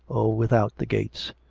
without the gates?